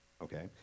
Okay